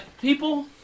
People